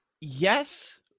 Yes